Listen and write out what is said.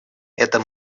это